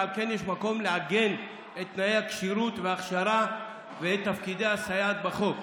ועל כן יש מקום לעגן את תנאי הכשירות וההכשרה ואת תפקידי הסייעת בחוק.